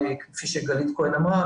כפי שגלית כהן אמרה,